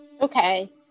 Okay